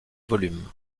volumes